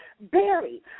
Barry